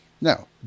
Now